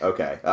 Okay